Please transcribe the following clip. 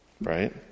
Right